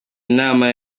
nama